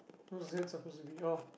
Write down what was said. what's that supposed to be of